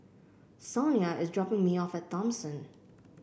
Sonia is dropping me off at Thomson